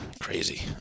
Crazy